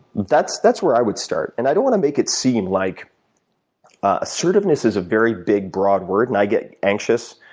that's that's where i would start and i don't wanna make it seem like assertiveness is a very big broad word and i get anxious